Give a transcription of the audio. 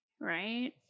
right